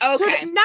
okay